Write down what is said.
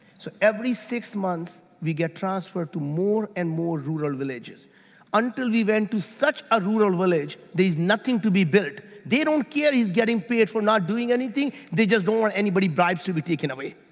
so every six months, we get transferred to more and more rural villages until we went to such a rural village, there's nothing to be built. they don't care he's getting paid for not doing anything. they just don't want anybody's bribes to be taken away,